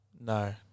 No